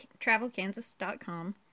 TravelKansas.com